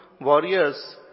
warriors